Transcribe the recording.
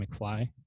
McFly